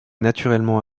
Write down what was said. naturellement